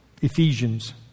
Ephesians